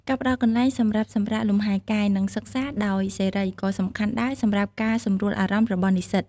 ការផ្តល់កន្លែងសម្រាប់សម្រាកលំហែកាយនិងសិក្សាដោយសេរីក៏សំខាន់ដែរសម្រាប់ការសម្រួលអារម្មណ៍របស់និស្សិត។